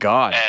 God